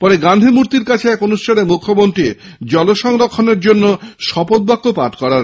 পরে গান্ধীমূর্তির কাছে এক অনুষ্ঠানে মুখ্যমন্ত্রী জল সংরক্ষণের জন্য শপথ বাক্য পাঠ করান